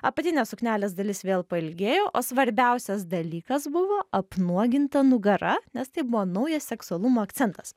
apatinė suknelės dalis vėl pailgėjo o svarbiausias dalykas buvo apnuoginta nugara nes tai buvo naujas seksualumo akcentas